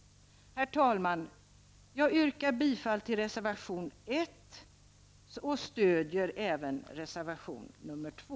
Herr talman! Jag yrkar bifall till reservation 1, och jag stödjer även reservation 2.